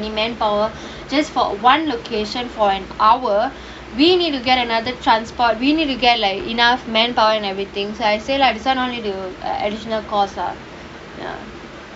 manpower just for one location for an hour we need to get another transport we need to get like enough manpower and everything so I say lah this [one] only they will additional costs ah